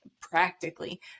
practically